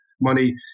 money